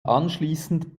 anschliessend